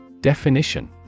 Definition